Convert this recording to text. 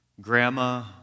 grandma